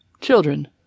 children